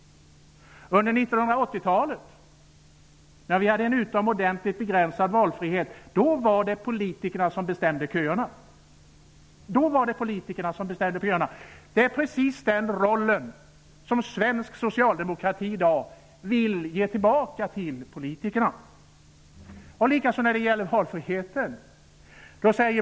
Under 1980-talet, när vi hade en utomordentligt begränsad valfrihet, var det politikerna som bestämde över köerna. Det är precis den roll som svensk socialdemokrati i dag vill ge tillbaka till politikerna. Detsamma gäller valfriheten.